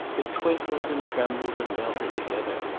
it twinkled and trembled and melted together,